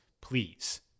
please